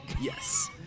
Yes